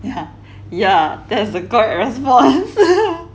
yeah yeah that's the correct response